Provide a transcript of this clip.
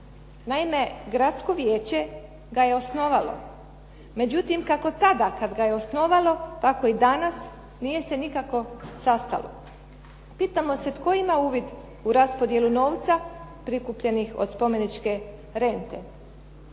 Naime, gradsko vijeće ga je osnovalo. Međutim, kako tada kad ga je osnovalo, tako i danas nije se nikako sastalo. Pitamo se tko ima uvid u raspodjelu novca prikupljenih od spomeničke rente?